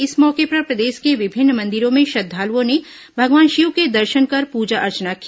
इस मौके पर प्रदेश के विभिन्न मंदिरों में श्रद्वालुओं ने भगवान शिव के दर्शन कर पुजा अर्चना की